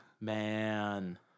man